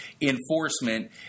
enforcement